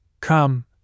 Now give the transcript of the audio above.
Come